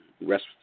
rest